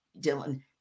Dylan